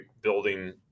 building